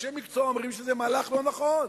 אנשי מקצוע אומרים שזה מהלך לא נכון.